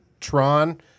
Tron